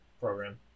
Program